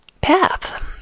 path